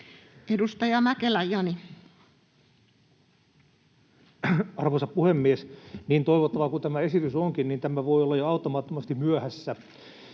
Edustaja Mäkelä, Jani. Arvoisa puhemies! Niin toivottava kuin tämä esitys onkin, niin tämä voi olla jo auttamattomasti myöhässä.